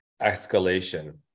escalation